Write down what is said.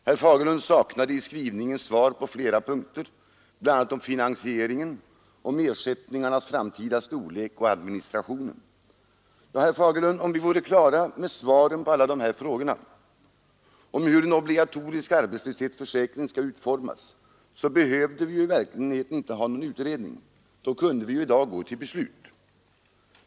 Herr Fagerlund saknade i skrivningen svar på flera punkter bl.a. om finansieringen, ersättningarnas framtida storlek och administrationen. Ja, herr Fagerlund, om vi vore klara med svaren på alla dessa frågor om hur den obligatoriska arbetslöshetsförsäkringen skall utformas, behövde vi inte ha någon utredning. Då kunde vi i dag gå till beslut.